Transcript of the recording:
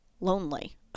lonely